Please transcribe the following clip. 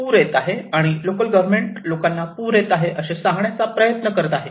पूर येत आहे आणि लोकल गव्हर्न्मेंट लोकांना पूर येत आहे असे सांगण्याचा प्रयत्न करत आहे